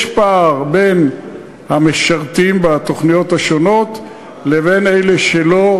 יש פער בין המשרתים בתוכניות השונות לבין אלה שלא,